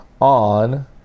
on